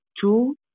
Two